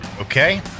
Okay